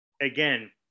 again